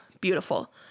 beautiful